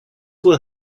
will